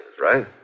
right